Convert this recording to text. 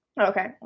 Okay